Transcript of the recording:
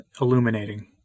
illuminating